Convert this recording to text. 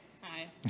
Hi